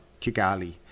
Kigali